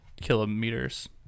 kilometers